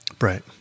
Right